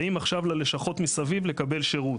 באים עכשיו ללשכות מסביב לקבל שירות.